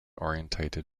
oriented